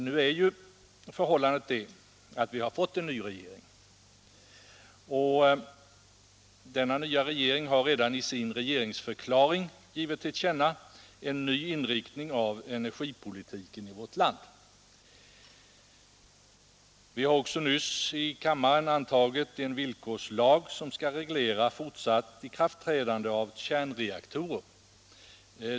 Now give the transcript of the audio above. Nu är ju förhållandet det att vi fått en ny regering, och denna nya regering har redan i sin regeringsförklaring givit till känna en ny inriktning av energipolitiken i vårt land. Vi har också nyss i kammaren antagit en villkorslag som skall reglera fortsatt ikraftträdande av kärnreaktorer.